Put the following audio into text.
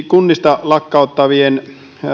kunnista lakkautettavien